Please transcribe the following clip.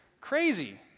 Crazy